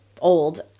old